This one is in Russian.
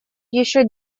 еще